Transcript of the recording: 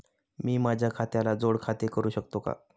मी माझ्या खात्याला जोड खाते करू शकतो का?